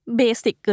basic